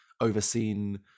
overseen